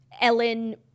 Ellen